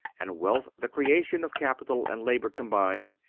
and wealth the creation of capital and labor combined,